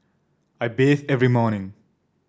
I bathe every morning